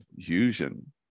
fusion